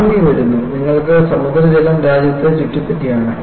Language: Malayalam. സുനാമി വരുന്നു നിങ്ങൾക്ക് സമുദ്രജലം രാജ്യത്തെ ചുറ്റിപ്പറ്റിയാണ്